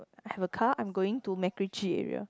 I have a car I'm going to MacRitchie area